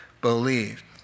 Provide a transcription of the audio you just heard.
believed